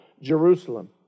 Jerusalem